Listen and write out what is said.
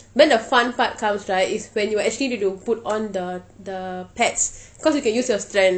then the fun part comes right is when you actually need to put on the the pads because you can use your strength